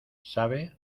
sabe